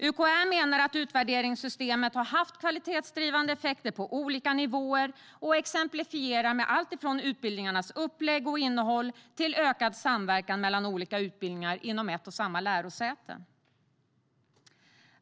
UKÄ menar att utvärderingssystemet har haft kvalitetsdrivande effekter på olika nivåer och exemplifierar med allt ifrån utbildningarnas upplägg och innehåll till ökad samverkan mellan olika utbildningar inom ett och samma lärosäte.